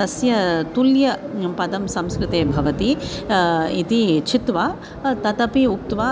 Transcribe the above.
तस्य तुल्यं पदं संस्कृते भवति इति चित्वा तदपि उक्त्वा